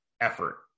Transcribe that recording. effort